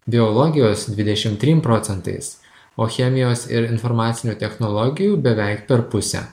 biologijos dvidešim trim procentais o chemijos ir informacinių technologijų beveik per pusę